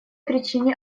причине